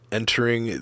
entering